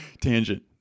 tangent